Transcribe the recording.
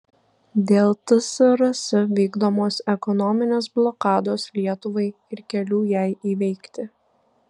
dėl tsrs vykdomos ekonominės blokados lietuvai ir kelių jai įveikti